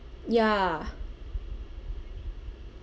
ya